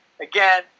again